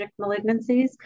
malignancies